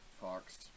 Fox